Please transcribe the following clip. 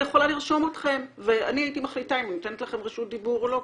יכולה לרשום אתכם ואני הייתי מחליטה אם אני נותנת לכם רשות דיבור או לא.